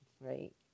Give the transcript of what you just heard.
right